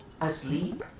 asleep